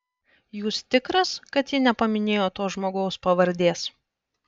jūs tikras kad ji nepaminėjo to žmogaus pavardės